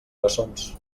bessons